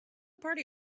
party